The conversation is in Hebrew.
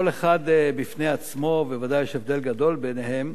כל אחד בפני עצמו, בוודאי יש הבדל גדול ביניהם,